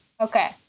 Okay